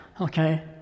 okay